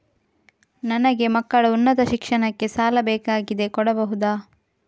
ನನಗೆ ಮಕ್ಕಳ ಉನ್ನತ ಶಿಕ್ಷಣಕ್ಕೆ ಸಾಲ ಬೇಕಾಗಿದೆ ಕೊಡಬಹುದ?